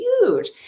huge